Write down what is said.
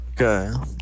Okay